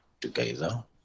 together